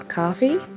coffee